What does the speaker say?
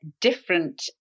different